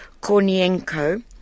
Kornienko